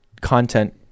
content